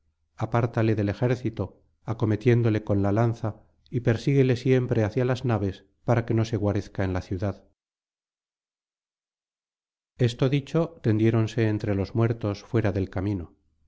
apártale del ejército acometiéndole con la canto décimo is lanza y persigúele siempre hacía las naves para que no se guarezca en la ciudad esto dicho tendiéronse entre los muertos fuera del camino